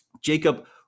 Jacob